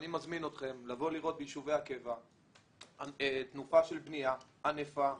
אני מזמין אתכם לבוא לראות ביישובי הקבע תנופה של בניה ענפה,